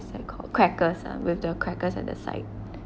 crackers ah with the crackers at the side